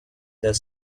the